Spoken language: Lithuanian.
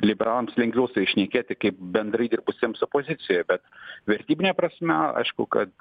liberalams lengviau su jais šnekėti kaip bendrai dirbusiems opozicijoj bet vertybine prasme aišku kad